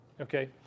Okay